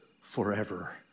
forever